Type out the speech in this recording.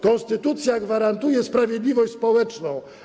Konstytucja gwarantuje sprawiedliwość społeczną.